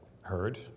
heard